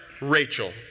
Rachel